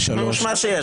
הצבעה לא אושרו.